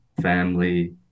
family